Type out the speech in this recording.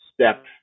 step